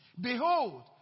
Behold